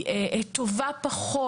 טובה פחות